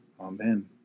Amen